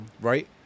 right